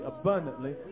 abundantly